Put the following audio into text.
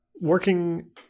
working